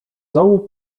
dołu